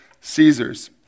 Caesar's